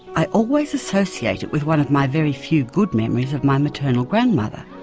i always associate it with one of my very few good memories of my maternal grandmother,